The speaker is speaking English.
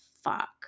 fuck